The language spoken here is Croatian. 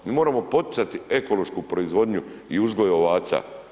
Mi moramo poticati ekološku proizvodnju i uzgoj ovaca.